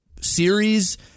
series